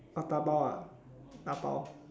orh dabao ah dabao